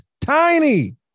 tiny